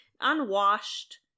unwashed